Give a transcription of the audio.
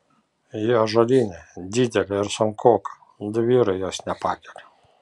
ji ąžuolinė didelė ir sunkoka du vyrai jos nepakelia